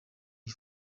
iyi